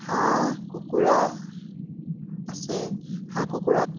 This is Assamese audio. হাঁহ কুকুৰা আছে হাঁহ কুকুৰাক